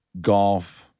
Golf